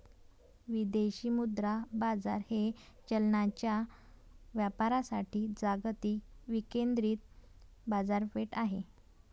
विदेशी मुद्रा बाजार हे चलनांच्या व्यापारासाठी जागतिक विकेंद्रित बाजारपेठ आहे